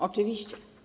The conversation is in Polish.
Oczywiście.